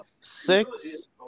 six